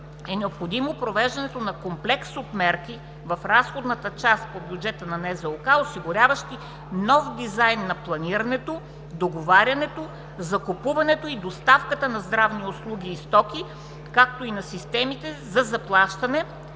е необходимо провеждането на комплекс от мерки в разходната част по бюджета на НЗОК, осигуряващи нов дизайн на планирането, договарянето, закупуването и доставката на здравни услуги и стоки, както и на системите на заплащане